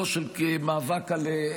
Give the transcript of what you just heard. לא של מאבק על,